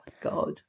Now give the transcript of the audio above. God